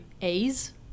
A's